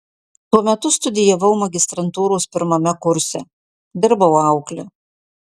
tuo metu studijavau magistrantūros pirmame kurse dirbau aukle